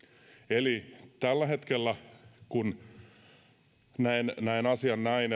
eli tällä hetkellä näen asian näin